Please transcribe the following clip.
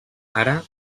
ara